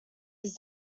his